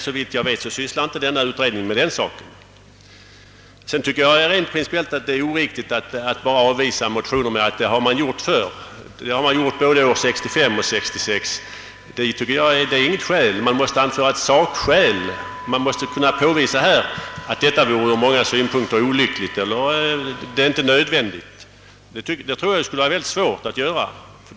Såvitt jag vet sysslar inte utredningen med den saken. Jag tycker att det är principiellt oriktigt att avvisa motioner med att framhålla att man har gjort det förut, i detta fall med att man har gjort det både år 1965 och 1966. Det tycker jag inte är något skäl. Man måste anföra sakskäl, man måste kunna påvisa att det på något sätt vore olyckligt eller att det inte är nödvändigt. Jag tror att det skulle vara mycket svårt att göra det i detta fall.